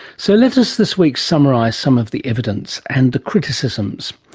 so let us this week summarise some of the evidence and the criticisms.